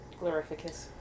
Glorificus